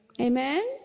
Amen